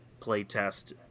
playtest